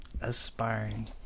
Aspiring